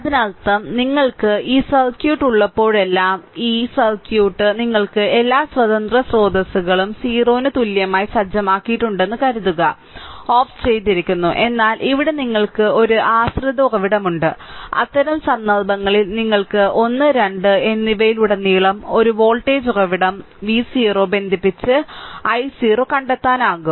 അതിനർത്ഥം നിങ്ങൾക്ക് ഈ സർക്യൂട്ട് ഉള്ളപ്പോഴെല്ലാം ഈ സർക്യൂട്ട് നിങ്ങൾക്ക് എല്ലാ സ്വതന്ത്ര സ്രോതസ്സുകളും 0 ന് തുല്യമായി സജ്ജമാക്കിയിട്ടുണ്ടെന്ന് കരുതുക ഓഫ് ചെയ്തിരിക്കുന്നു എന്നാൽ ഇവിടെ നിങ്ങൾക്ക് ഒരു ആശ്രിത ഉറവിടമുണ്ട് അത്തരം സന്ദർഭങ്ങളിൽ നിങ്ങൾക്ക് 1 2 എന്നിവയിലുടനീളം ഒരു വോൾട്ടേജ് ഉറവിടം V0 ബന്ധിപ്പിച്ച് i0 കണ്ടെത്താനാകും